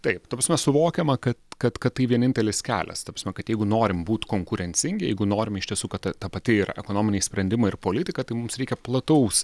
taip ta prasme suvokiama kad kad kad tai vienintelis kelias ta prasme kad jeigu norim būt konkurencingi jeigu norim iš tiesų kad ta pati ir ekonominiai sprendimai ir politika tai mums reikia plataus